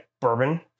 bourbon